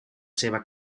seva